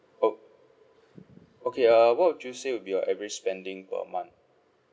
o~ okay uh what would you say would be your average spending per month